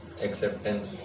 acceptance